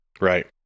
Right